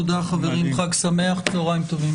תודה חברים, חג שמח וצהרים טובים.